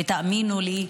ותאמינו לי,